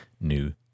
new